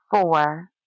four